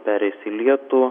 pereis į lietų